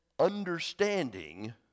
understanding